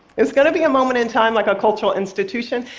it's going to be a moment in time like a cultural institution,